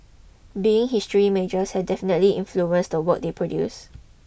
being history majors has definitely influenced the work they produce